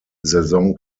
saison